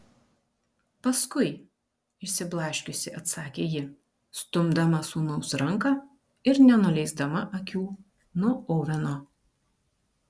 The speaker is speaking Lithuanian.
paskui išsiblaškiusi atsakė ji stumdama sūnaus ranką ir nenuleisdama akių nuo oveno